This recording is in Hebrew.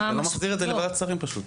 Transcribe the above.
אני לא מחזיר את זה לוועדת שרים פשוט.